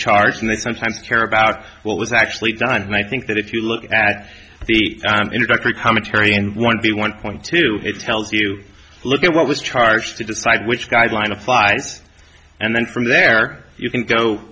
charge and they sometimes care about what was actually done and i think that if you look at the introductory commentary and want the one point two it tells you look at what was charged to decide which guideline applies and then from there you can go